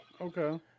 okay